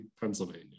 Pennsylvania